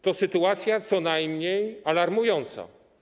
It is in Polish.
To sytuacja co najmniej alarmująca.